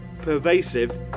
pervasive